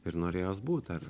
ir norėjos būt dar